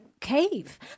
cave